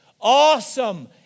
awesome